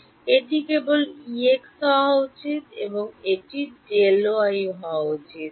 সুতরাং এটি কেবল Ex হওয়া উচিত এবং এটি Δy হওয়া উচিত